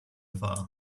far